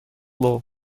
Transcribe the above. law